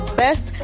best